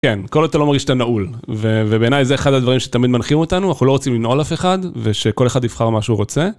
כן, כל עוד אתה לא מרגיש שאתה נעול, ובעיניי זה אחד הדברים שתמיד מנחים אותנו, אנחנו לא רוצים לנעול אף אחד ושכל אחד יבחר מה שהוא רוצה.